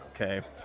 okay